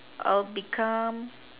I'll become